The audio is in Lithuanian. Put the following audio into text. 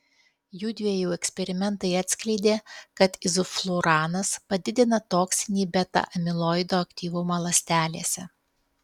jųdviejų eksperimentai atskleidė kad izofluranas padidina toksinį beta amiloido aktyvumą ląstelėse